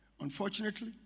Unfortunately